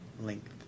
length